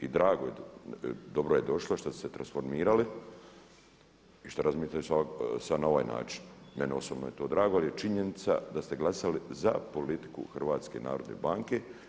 I dobro je došlo što ste se transformirali i što razumijete sada na ovaj način, meni osobno je to drago, ali je činjenica da ste glasali za politiku HNB-a